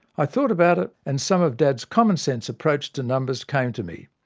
i thought about it, and some of dad's common-sense approach to numbers came to me.